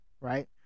right